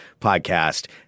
podcast